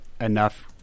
enough